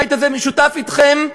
הבית הזה משותף אתכם,